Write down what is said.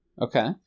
okay